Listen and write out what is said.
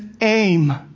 aim